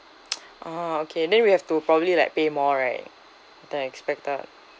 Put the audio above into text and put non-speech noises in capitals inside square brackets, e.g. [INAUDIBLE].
[NOISE] oh okay then we have to probably like pay more right than expected